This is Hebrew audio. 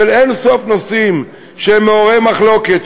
של אין-סוף נושאים שהם מעוררי מחלוקת,